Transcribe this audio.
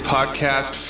Podcast